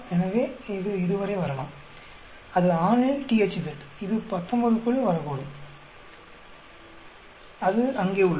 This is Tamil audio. எனவே இது இதுவரை வரலாம் அது ஆணில் THZ இது 19 க்குள் வரக்கூடும் அது இங்கே உள்ளது